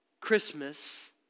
Christmas